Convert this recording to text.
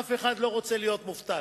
אף אחד לא רוצה להיות מובטל.